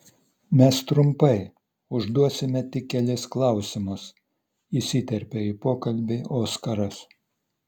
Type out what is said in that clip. mes trumpai užduosime tik kelis klausimus įsiterpė į pokalbį oskaras